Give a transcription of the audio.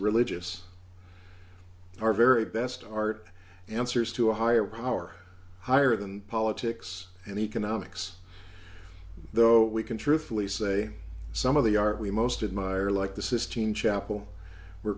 religious our very best art answers to a higher power higher than politics and economics though we can truthfully say some of the art we most admire like the sistine chapel were